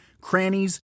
crannies